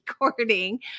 recording